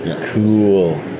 Cool